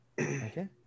Okay